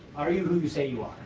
are you who you say you are?